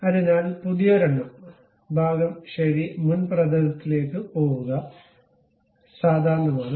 അതിനാൽ പുതിയൊരെണ്ണം ഭാഗം ശരി മുൻ പ്രതലത്തിലേക്ക് പോകുക സാധാരണമാണ്